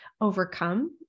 overcome